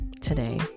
today